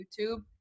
YouTube